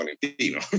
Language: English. Valentino